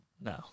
no